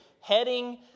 heading